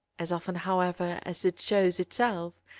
as often, however, as it shows itself,